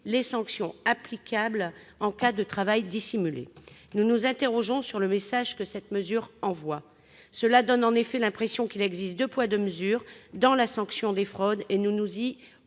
les sanctions applicables en cas de travail dissimulé. Nous nous interrogeons sur le message qui est ainsi envoyé. Cela donne en effet l'impression qu'il existe deux poids, deux mesures dans la sanction des fraudes, et nous nous y